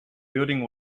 building